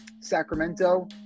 Sacramento